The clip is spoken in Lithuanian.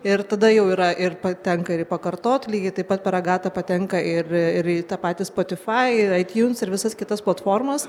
ir tada jau yra ir patenka pakartot lygiai taip pat per agatą patenka ir ir į tą patį spotifai į aitiuns ir visas kitas platformas